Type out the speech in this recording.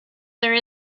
there